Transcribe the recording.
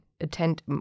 attend